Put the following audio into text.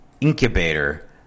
incubator